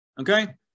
okay